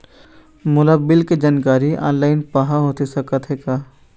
मोला बिल के जानकारी ऑनलाइन पाहां होथे सकत हे का?